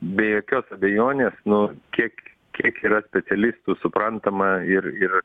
be jokios abejonės nu kiek kiek yra specialistų suprantama ir ir